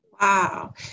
Wow